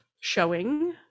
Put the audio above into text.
showing